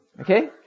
Okay